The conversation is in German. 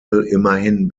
immerhin